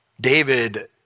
David